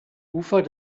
ufer